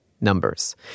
numbers